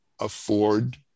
afford